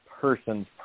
person's